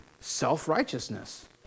self-righteousness